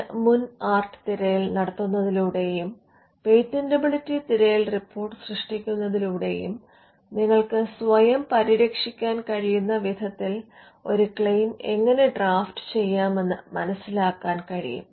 ഒരു മുൻ ആർട്ട് തിരയൽ നടത്തുന്നതിലൂടെയും പേറ്റന്റബിലിറ്റി തിരയൽ റിപ്പോർട്ട് സൃഷ്ടിക്കുന്നതിലൂടെയും നിങ്ങൾക്ക് സ്വയം പരിരക്ഷിക്കാൻ കഴിയുന്ന വിധത്തിൽ ഒരു ക്ലെയിം എങ്ങനെ ഡ്രാഫ്റ്റുചെയ്യാമെന്ന് മനസിലാക്കാൻ കഴിയും